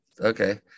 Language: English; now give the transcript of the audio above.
Okay